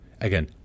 Again